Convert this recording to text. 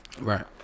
Right